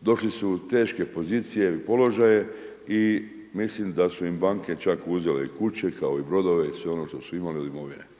došli su u teške pozicije i položaje i mislim da su im banke čak uzele i kuće kao i brodove i sve ono što su imali od imovine.